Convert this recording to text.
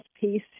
piece